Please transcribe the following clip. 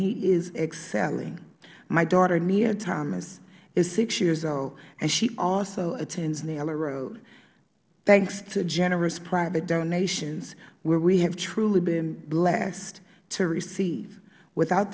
he is excelling my daughter nia thomas is six years old and she also attends naylor road thanks to generous private donations which we have truly been blessed to receive without